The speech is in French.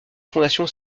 fondation